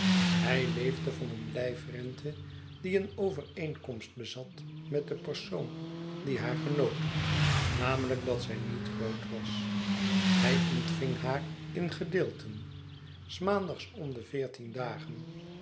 hij leefde van een lyfrente die een overeenkornst bezat met den persoon die haar genoot namelijk dat zij niet groot was hij ontving haar in gedeelten s maandags om de veertien dagen